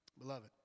Beloved